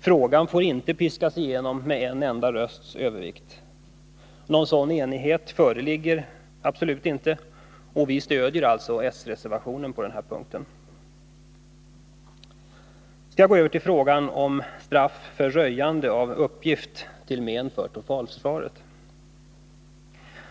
Frågan får inte piskas igenom med en enda rösts övervikt. Någon sådan enighet föreligger nu absolut inte, och vi stödjer alltså s-reservationen. Sedan skall jag gå över till frågan om straff för röjande av uppgift till men för totalförsvaret.